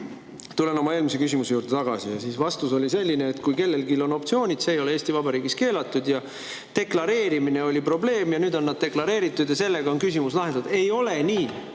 Tulen oma eelmise küsimuse juurde tagasi. Siis oli vastus selline, et kui kellelgi on optsioonid, siis see ei ole Eesti Vabariigis keelatud. Deklareerimine oli probleem, nüüd on need deklareeritud ja sellega on küsimus lahendatud. Ei ole nii!